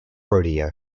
rodeo